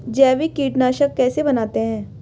जैविक कीटनाशक कैसे बनाते हैं?